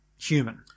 human